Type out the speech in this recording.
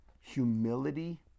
humility